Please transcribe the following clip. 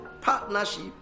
partnership